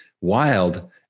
wild